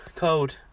Code